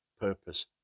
purpose